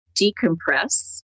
decompress